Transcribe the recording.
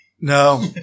No